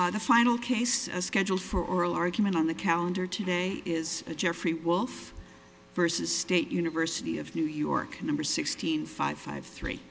the final case scheduled for oral argument on the calendar today is jeffrey wolf versus state university of new york number sixteen five five three